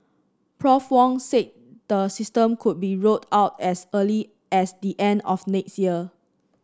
Prof Wong said the system could be rolled out as early as the end of next year